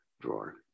drawer